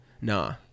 nah